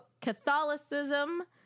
Catholicism